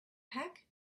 pack